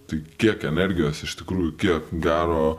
tai kiek energijos iš tikrųjų kiek gero